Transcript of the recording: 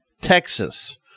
Texas